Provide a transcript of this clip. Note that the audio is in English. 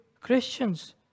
Christians